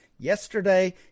Yesterday